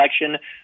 election